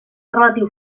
relatiu